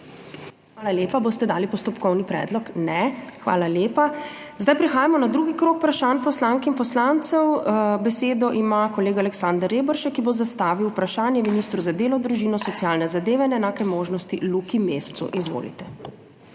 Hvala lepa. Boste dali postopkovni predlog? Ne. Hvala lepa. Zdaj prehajamo na drugi krog vprašanj poslank in poslancev. Besedo ima kolega Aleksander Reberšek, ki bo zastavil vprašanje ministru za delo, družino, socialne zadeve in enake možnosti Luki Mescu. Izvolite.